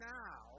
now